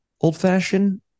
old-fashioned